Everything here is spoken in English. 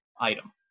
item